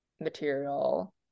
material